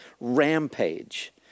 rampage